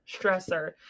stressor